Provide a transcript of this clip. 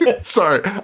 Sorry